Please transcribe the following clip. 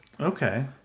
Okay